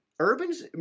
Urban's